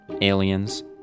aliens